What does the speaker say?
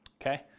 Okay